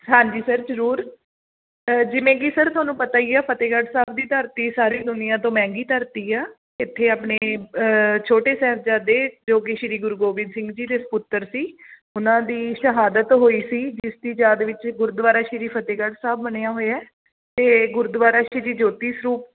ਹਾਂਜੀ ਸਰ ਜ਼ਰੂਰ ਜਿਵੇਂ ਕਿ ਸਰ ਤੁਹਾਨੂੰ ਪਤਾ ਹੀ ਆ ਫਤਿਹਗੜ੍ਹ ਸਾਹਿਬ ਦੀ ਧਰਤੀ ਸਾਰੀ ਦੁਨੀਆ ਤੋਂ ਮਹਿੰਗੀ ਧਰਤੀ ਆ ਇੱਥੇ ਆਪਣੇ ਛੋਟੇ ਸਾਹਿਬਜ਼ਾਦੇ ਜੋ ਕਿ ਸ਼੍ਰੀ ਗੁਰੂ ਗੋਬਿੰਦ ਸਿੰਘ ਜੀ ਦੇ ਸਪੁੱਤਰ ਸੀ ਉਹਨਾਂ ਦੀ ਸ਼ਹਾਦਤ ਹੋਈ ਸੀ ਜਿਸ ਦੀ ਯਾਦ ਵਿੱਚ ਗੁਰਦੁਆਰਾ ਸ਼੍ਰੀ ਫਤਿਹਗੜ੍ਹ ਸਾਹਿਬ ਬਣਿਆ ਹੋਇਆ ਅਤੇ ਗੁਰਦੁਆਰਾ ਸ਼੍ਰੀ ਜੋਤੀ ਸਰੂਪ